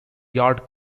yard